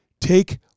Take